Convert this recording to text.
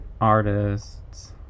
artists